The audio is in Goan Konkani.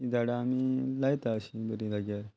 झाडां आमी लायता अशी बरी जाग्यार